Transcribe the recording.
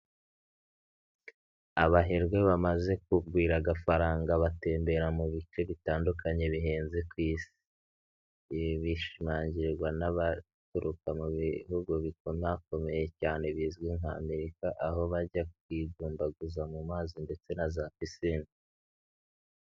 Abaherwe bamaze kugwira agafaranga batembera mu bice bitandukanye bihenze ku isi. Ibi bishimangirwa n'abaturuka mu bihugu bikomakomeye cyane bizwi nka Amerika, aho bajya kwidumbaguza mu mazi ndetse na za pisine.